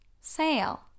sale